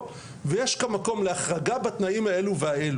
ויש את המקום להחרגה בתנאים האלו והאלו.